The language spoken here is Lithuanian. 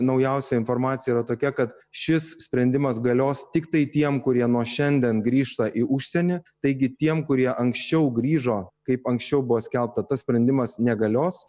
naujausia informacija yra tokia kad šis sprendimas galios tiktai tiem kurie nuo šiandien grįžta į užsienį taigi tiem kurie anksčiau grįžo kaip anksčiau buvo skelbta tas sprendimas negalios